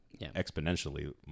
exponentially